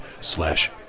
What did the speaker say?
slash